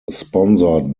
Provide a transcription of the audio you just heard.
sponsored